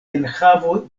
enhavo